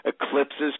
eclipses